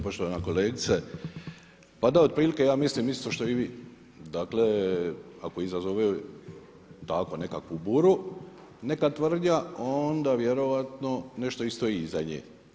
Poštovana kolegice, pa da, otprilike ja mislim isto što i vi, dakle, ako izazove takvu nekakvu buru neka tvrdnja onda vjerovatno nešto i stoji iza nje.